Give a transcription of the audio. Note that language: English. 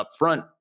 upfront